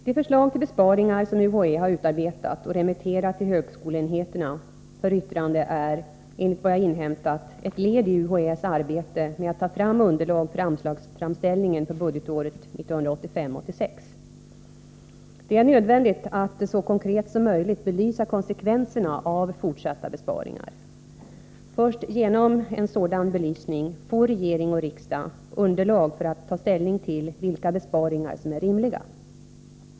De förslag till besparingar som UHÄ har utarbetat och remitterat till högskoleenheterna för yttrande är, enligt vad jag har inhämtat, ett led i UHÄ:s arbete med att ta fram underlag för anslagsframställningen för budgetåret 1985/86. Det är nödvändigt att så konkret som möjligt belysa konsekvenserna av fortsatta besparingar. Först genom en sådan belysning får regering och riksdag underlag för att ta ställning till vilka besparingar som är rimliga.